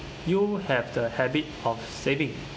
you have the habit of saving